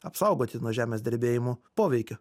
apsaugoti nuo žemės drebėjimų poveikio